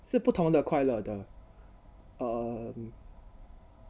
是不同的快乐的 err